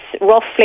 roughly